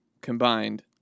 combined